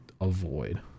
avoid